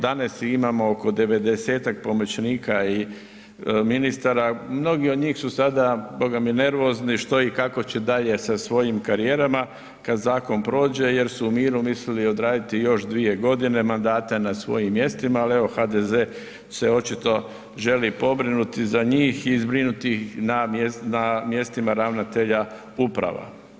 Danas ih imamo oko 90 pomoćnika i ministara, mnogi od njih su sada bogami nervozni što i kako će dalje sa svojim karijerama kad zakon prođe, jer su u miru mislili odraditi još 2 godine mandata na svojim mjestima, ali evo HDZ se očito želi pobrinuti za njih i zbrinuti ih na mjestima ravnatelja uprava.